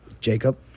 jacob